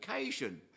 occasion